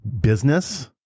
Business